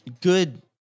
good